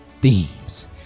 themes